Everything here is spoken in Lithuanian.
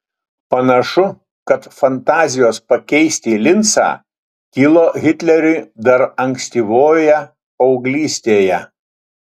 panašu kad fantazijos pakeisti lincą kilo hitleriui dar ankstyvoje paauglystėje